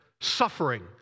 suffering